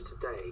Today